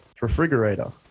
Refrigerator